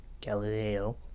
Galileo